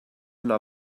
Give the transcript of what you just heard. una